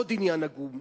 ועוד עניין עגום,